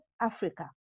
Africa